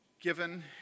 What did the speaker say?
given